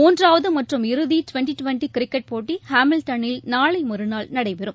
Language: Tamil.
மூன்றாவது மற்றும் இறுதி டுவெண்டி டுவெண்டி கிரிக்கெட் போட்டி ஹேமில்டனில் நாளை மறுநாள் நடைபெறும்